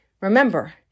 Remember